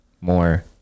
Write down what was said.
more